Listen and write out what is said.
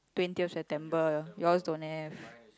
twenty of September yours don't have